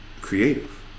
creative